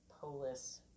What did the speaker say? polis